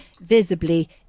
visibly